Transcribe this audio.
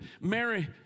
Mary